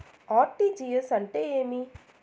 RTGS అంటే ఏమి